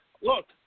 look